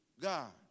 God